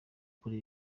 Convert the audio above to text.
kuri